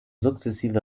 sukzessive